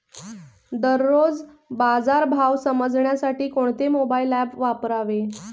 दररोजचे बाजार भाव समजण्यासाठी कोणते मोबाईल ॲप वापरावे?